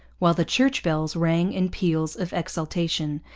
while the church bells rang in peals of exultation,